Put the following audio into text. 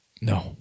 No